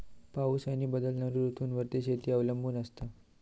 पाऊस आणि बदलणारो ऋतूंवर शेती अवलंबून असता